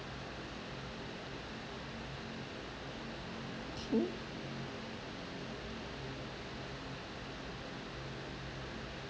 hmm